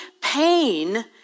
pain